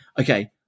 Okay